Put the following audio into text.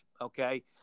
okay